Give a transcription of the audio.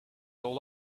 all